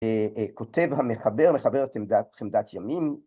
‫כותב המחבר, מחברת "עמדת ימים".